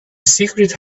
secret